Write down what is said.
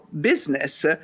business